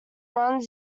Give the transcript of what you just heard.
runs